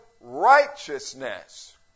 righteousness